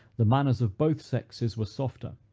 the manners of both sexes were softer,